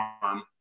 farm